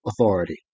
authority